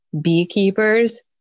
beekeepers